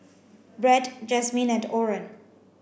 Bret Jasmin and Oren